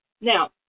Now